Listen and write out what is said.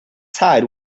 side